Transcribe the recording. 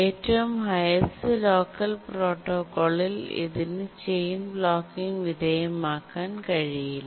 ഏറ്റവും highest locker പ്രോട്ടോക്കോളിൽ ഇതിന് ചെയിൻ ബ്ലോക്കിങ് വിധേയമാകാൻ കഴിയില്ല